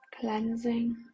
cleansing